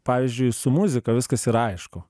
pavyzdžiui su muzika viskas yra aišku